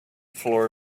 floor